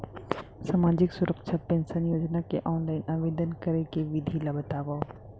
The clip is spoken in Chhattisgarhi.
सामाजिक सुरक्षा पेंशन योजना के ऑनलाइन आवेदन करे के विधि ला बतावव